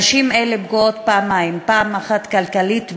נשים אלה פגועות פעמיים: פעם אחת כלכלית,